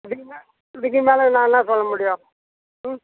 இதுக்கு மேலே இதுக்கு மேலே நான் என்ன சொல்ல முடியும் ம்